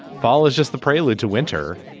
follow is just the prelude to winter.